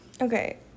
Okay